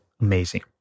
amazing